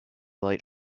light